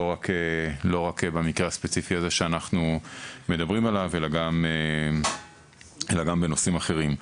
לא רק במקרה הספציפי שאנחנו מדברים עליו אלא גם בנושאים אחרים.